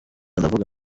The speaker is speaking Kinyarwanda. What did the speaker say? ndavuga